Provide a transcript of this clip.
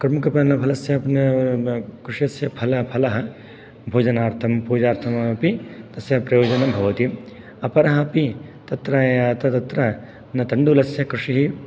क्रमुक फलस्य कृषस्य फलम् भोजनार्थं पूजार्थम् अपि तस्य प्रयोजनं भवति अपरः अपि तत्र तदत्र न तण्डुलस्य कृषिः